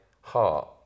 heart